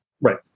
Right